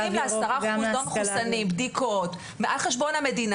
נותנים ל-10% לא מחוסנים בדיקות ועל חשבון המדינה.